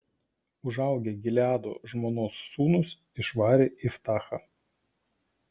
užaugę gileado žmonos sūnūs išvarė iftachą